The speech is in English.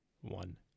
one